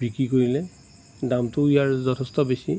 বিক্ৰী কৰিলে দামটো ইয়াৰ যথেষ্ট বেছি